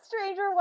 stranger